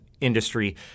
industry